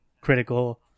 critical